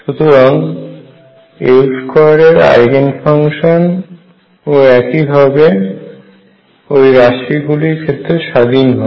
সুতরাং L2 এর eigen function ও একই ভাবে ওই রাশি গুলির ক্ষেত্রে স্বাধীন হয়